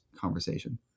conversation